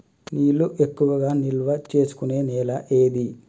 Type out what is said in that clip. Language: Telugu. నీళ్లు ఎక్కువగా నిల్వ చేసుకునే నేల ఏది?